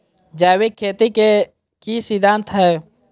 जैविक खेती के की सिद्धांत हैय?